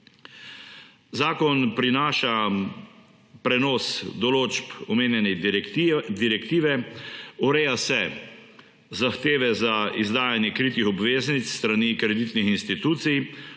Zakon prinaša prenos določb omenjene direktive, ureja se zahteve za izdajanje kritih obveznic s strani kreditnih institucij,